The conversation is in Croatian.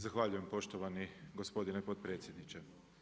Zahvaljujem poštovani gospodine potpredsjedniče.